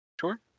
Sure